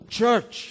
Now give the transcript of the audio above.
church